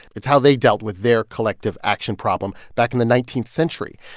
it's how they dealt with their collective action problem back in the nineteenth century.